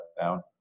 down